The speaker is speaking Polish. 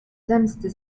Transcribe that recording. zemsty